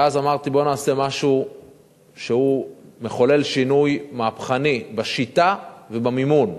ואז אמרתי: בואו נעשה משהו שמחולל שינוי מהפכני בשיטה ובמימון.